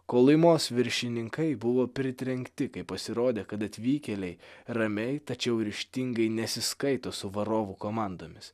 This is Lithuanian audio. kolymos viršininkai buvo pritrenkti kaip pasirodė kad atvykėliai ramiai tačiau ryžtingai nesiskaito su varovų komandomis